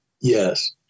Yes